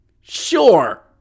Sure